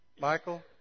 Michael